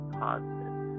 positive